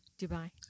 Dubai